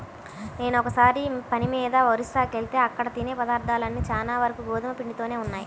నేనొకసారి పని మీద ఒరిస్సాకెళ్తే అక్కడ తినే పదార్థాలన్నీ చానా వరకు గోధుమ పిండితోనే ఉన్నయ్